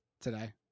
today